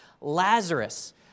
Lazarus